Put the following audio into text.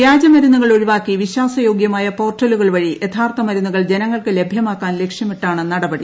വൃാജ മരുന്നുകൾ ഒഴിവാക്കി വിശ്വാസയോഗ്യമായ പോർട്ടലുകൾവഴി യഥാർത്ഥ മരുന്നുകൾ ജനങ്ങൾക്ക് ലഭ്യമാക്കാൻ ലക്ഷ്യമിട്ടാണ് നടപടി